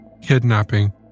kidnapping